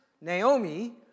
Naomi